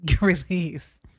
release